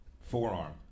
forearm